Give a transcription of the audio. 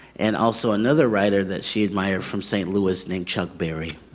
and also another writer that she admired from st. louis named chuck berry.